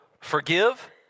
forgive